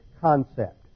concept